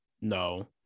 No